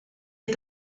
est